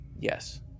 yes